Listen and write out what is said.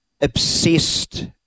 obsessed